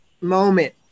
moment